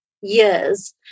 years